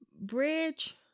bridge